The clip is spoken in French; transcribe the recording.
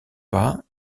pas